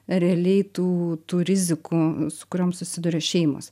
realiai tų tų rizikų su kuriom susiduria šeimos